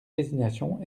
résignation